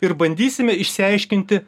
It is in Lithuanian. ir bandysime išsiaiškinti